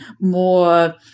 more